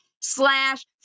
slash